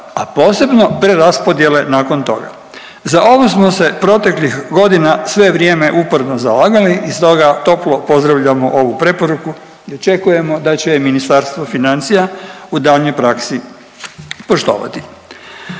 a posebno preraspodjele nakon toga. Za ovo smo se proteklih godina sve vrijeme uporno zalagali i stoga toplo pozdravljamo ovu preporuku i očekujemo da će je Ministarstvo financija u daljnjoj praksi poštovati.